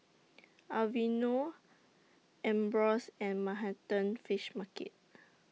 Aveeno Ambros and Manhattan Fish Market